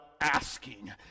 Asking